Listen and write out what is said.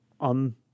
on